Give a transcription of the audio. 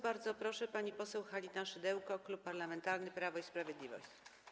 Bardzo proszę, pani poseł Halina Szydełko, klub Parlamentarny Prawo i Sprawiedliwość.